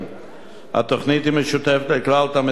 התוכנית היא משותפת לכלל תלמידי המדינה,